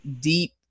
deep